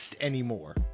anymore